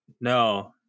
No